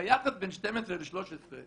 ביחס בין 12 ל-13.